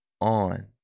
on